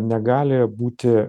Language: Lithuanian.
negali būti